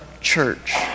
church